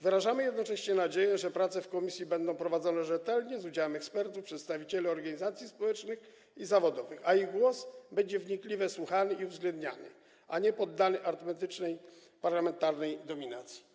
Wyrażamy jednocześnie nadzieję, że prace w komisji będą prowadzone rzetelnie, z udziałem ekspertów, przedstawicieli organizacji społecznych i zawodowych, a ich głos będzie wnikliwie słuchany i uwzględniany, a nie poddany arytmetycznej parlamentarnej dominacji.